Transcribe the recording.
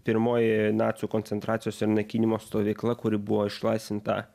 pirmoji nacių koncentracijos ir naikinimo stovykla kuri buvo išlaisvinta